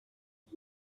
but